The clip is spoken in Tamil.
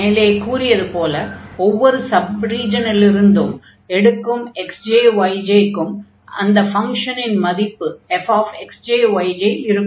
மேலே கூறியது போல் ஒவ்வொரு சப் ரீஜனிலிருந்து எடுக்கும் xj yj க்கும் அந்த ஃபங்ஷனின் மதிப்பு fxj yj இருக்கும்